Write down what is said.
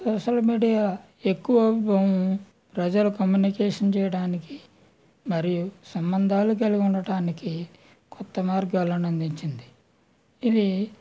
social media ఎక్కువ ప్రజలు communication చేయడానికి మరియు సంబంధాలు కలిగి ఉండటానికి కొత్త మార్గాలను అందించింది ఇది